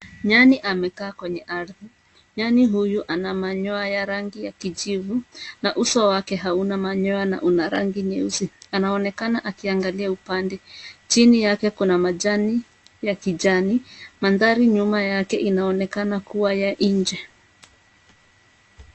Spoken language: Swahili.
Nyani amekaa kwenye ardhi. Nyani huyu ana manyoya ya rangi wa kijivu na uso wake hauna manyoya na una rangi nyeusi. Anaonekana akiangalia upande. Chini yake kuna majani ya kijani, mandhari nyuma yake inaonekana kuwa ya nje.